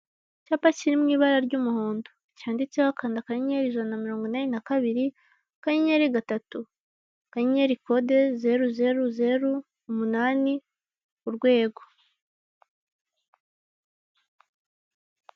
Icyapa kiri mu ibara ry'umuhondo cyanditseho kanda akanyenyeri ijana na mirongo inani na kabiri akanyenyeri gatatu akanyenyeri kode zeru zeru zeru zeru umunani urwego.